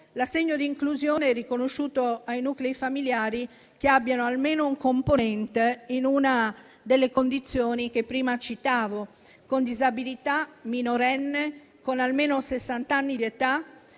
L'assegno di inclusione è riconosciuto ai nuclei familiari che abbiano almeno un componente in una delle condizioni che prima citavo (con disabilità, minorenne, con almeno sessant'anni di età,